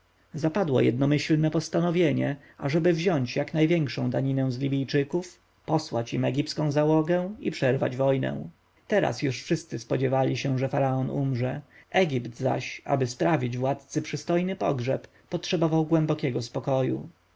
zapadło jednomyślne postanowienie ażeby wziąć jak największą daninę z libijczyków posłać im egipską załogę i przerwać wojnę teraz już wszyscy spodziewali się że faraon umrze egipt zaś aby sprawić władcy przystojny pogrzeb potrzebował głębokiego spokoju